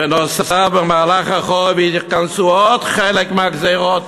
בנוסף, במהלך החורף ייכנסו עוד חלק מהגזירות